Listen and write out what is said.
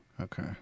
Okay